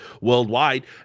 worldwide